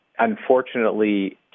Unfortunately